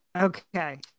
Okay